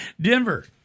Denver